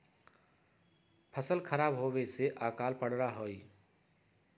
फसल खराब होवे से अकाल पडड़ा हई